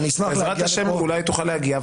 בעזרת השם אולי תוכל להגיע,